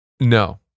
No